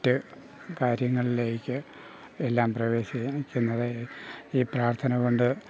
മറ്റു കാര്യങ്ങളിലേക്ക് എല്ലാം പ്രവേശിക്കുന്നത് ഈ പ്രാർത്ഥന കൊണ്ട്